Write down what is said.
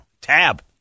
Tab